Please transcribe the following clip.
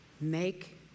Make